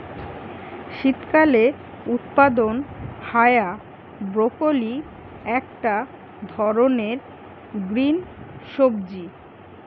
শীতকালে উৎপাদন হায়া ব্রকোলি একটা ধরণের গ্রিন সবজি